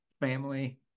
family